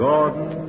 Gordon